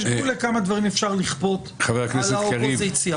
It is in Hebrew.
יש גבול לכמה דברים אפשר לכפות על האופוזיציה.